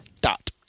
Dot